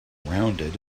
rounded